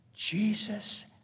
Jesus